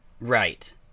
Right